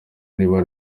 niba